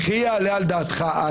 וכי יעלה על דעתך אסי